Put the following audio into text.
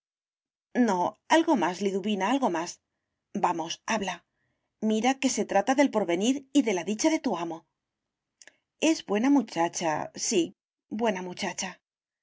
no algo más liduvina algo más vamos habla mira que se trata del porvenir y de la dicha de tu amo es buena muchacha sí buena muchacha